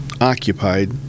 occupied